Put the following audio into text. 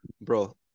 bro